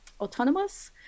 autonomous